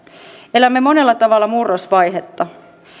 elämme monella tavalla murrosvaihetta